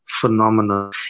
phenomenal